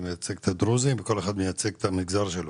אני מייצג את הדרוזים וכל אחד מייצג את המגזר שלו.